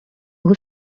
who